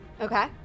Okay